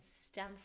stem